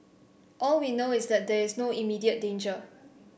all we know is that there is no immediate danger